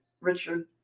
Richard